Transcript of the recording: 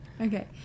Okay